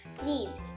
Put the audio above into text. please